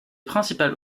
principales